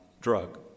drug